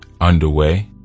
underway